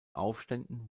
aufständen